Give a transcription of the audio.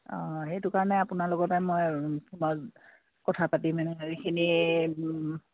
অঁ সেইটো কাৰণে কথা পাতি মানে এইখিনি